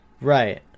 Right